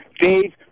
Dave